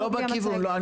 בכיוון.